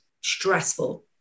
stressful